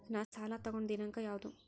ನಾ ಸಾಲ ತಗೊಂಡು ದಿನಾಂಕ ಯಾವುದು?